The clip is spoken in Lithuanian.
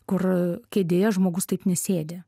kur kėdėje žmogus taip nesėdi